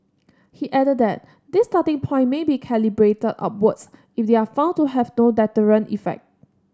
he added that this starting point may be calibrated upwards if they are found to have no deterrent effect